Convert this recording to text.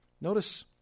Notice